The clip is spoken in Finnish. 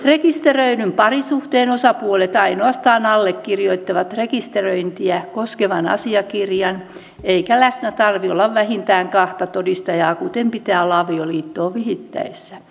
rekisteröidyn parisuhteen osapuolet ainoastaan allekirjoittavat rekisteröintiä koskevan asiakirjan eikä läsnä tarvitse olla vähintään kahta todistajaa kuten pitää olla avioliittoon vihittäessä